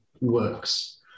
works